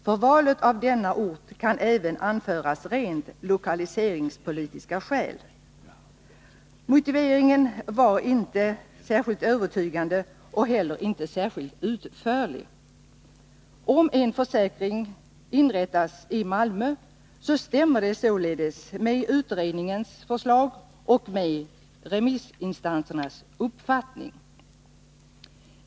För valet av denna ort kan även anföras rent lokaliseringspolitiska skäl.” Motiveringen var inte särskilt övertygande och inte heller särskilt utförlig. Om en försäkringsrätt inrättas i Malmö stämmer det således med utredningens förslag och med remissinstansernas uppfattning.